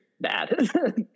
bad